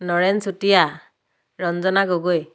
Naren Chutiya Ranjana Gogoi